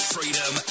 Freedom